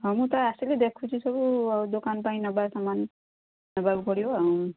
ହଁ ମୁଁ ତ ଆସିଲି ଦେଖୁଛି ସବୁ ଆଉ ଦୋକାନ ପାଇଁ ନବା ସାମାନ ନବାକୁ ପଡ଼ିବ ଆଉ